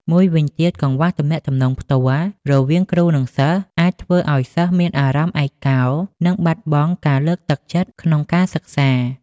មួយវិញទៀត កង្វះទំនាក់ទំនងផ្ទាល់ រវាងគ្រូនិងសិស្សអាចធ្វើឱ្យសិស្សមានអារម្មណ៍ឯកោនិងបាត់បង់ការលើកទឹកចិត្តក្នុងការសិក្សា។